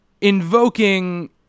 Invoking